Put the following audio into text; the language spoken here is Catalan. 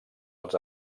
els